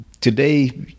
today